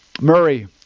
Murray